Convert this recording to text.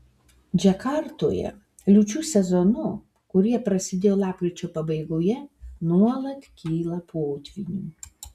džakartoje liūčių sezonu kurie prasidėjo lapkričio pabaigoje nuolat kyla potvynių